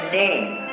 name